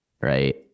right